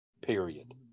period